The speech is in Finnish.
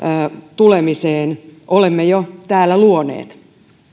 tulemiseen olemme jo täällä luoneet